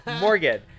Morgan